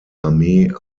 armee